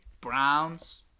Browns